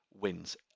wins